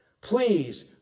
please